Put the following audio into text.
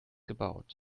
gebaut